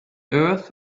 earth